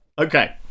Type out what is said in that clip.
Okay